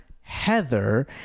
Heather